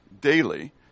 daily